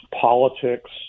politics